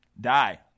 die